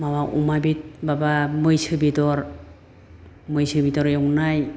माबा अमा बेदर माबा मैसो बेदर मैसो बेदर एवनाय